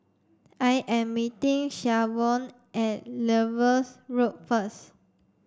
I am meeting Shavonne at Lewis Road first